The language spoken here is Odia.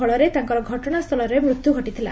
ଫଳରେ ତାଙ୍କର ଘଟଣା ସ୍ଚଳରେ ମୃତ୍ୟୁ ଘଟିଥିଲା